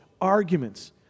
arguments